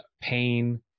pain